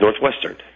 Northwestern